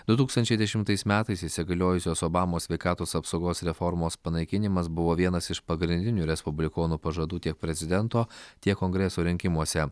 du tūkstančiai dešimtais metais įsigaliojusios obamos sveikatos apsaugos reformos panaikinimas buvo vienas iš pagrindinių respublikonų pažadų tiek prezidento tiek kongreso rinkimuose